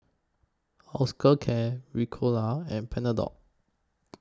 Osteocare Ricola and Panadol